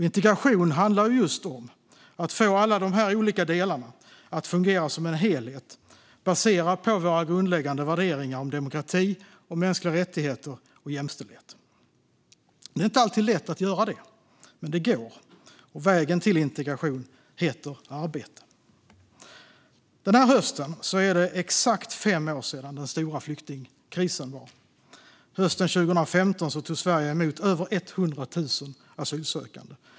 Integration handlar just om att få alla de här olika delarna att fungera som en helhet baserad på våra grundläggande värderingar om demokrati, mänskliga rättigheter och jämställdhet. Det är inte alltid lätt att göra det, men det går, och vägen till integration heter arbete. Den här hösten är det exakt fem år sedan den stora flyktingkrisen. Hösten 2015 tog Sverige emot över 100 000 asylsökande.